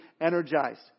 energized